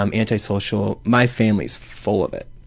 um antisocial, my family is full of it.